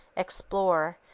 explorer,